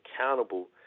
accountable